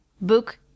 book